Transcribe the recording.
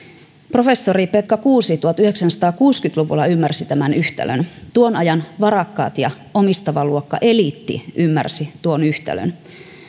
professori pekka kuusi tuhatyhdeksänsataakuusikymmentä luvulla ymmärsi tämän yhtälön tuon ajan varakas ja omistava luokka eliitti ymmärsi tuon yhtälön